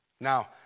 Now